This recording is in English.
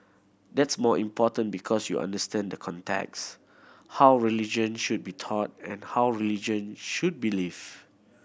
that's more important because you understand the context how religion should be taught and how religion should be lived